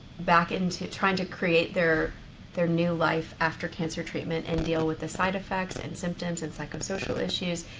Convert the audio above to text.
back into trying to create their their new life after cancer treatment, and dealing with the side effects, and symptoms, and psychosocial issues,